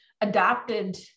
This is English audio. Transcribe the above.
adapted